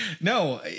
No